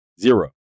Zero